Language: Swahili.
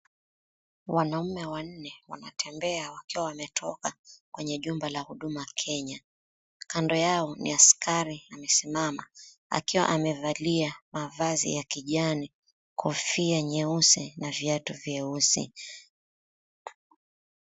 Wanaume wanne wanatembea wakiwa wametoka kwenye jumba la Huduma Kenya. Kando yao ni askari amesimama, akiwa amevalia mavazi ya kijani, kofia nyeusi na viatu vyeusi.